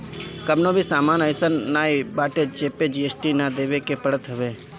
कवनो भी सामान अइसन नाइ बाटे जेपे जी.एस.टी ना देवे के पड़त हवे